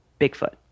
bigfoot